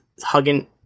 hugging